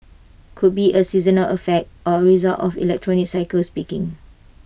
could be A seasonal effect or A result of the electronics cycle's peaking